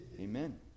Amen